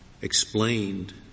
explained